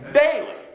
daily